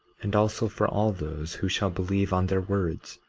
and also for all those who shall believe on their words,